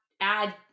add